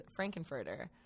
frankenfurter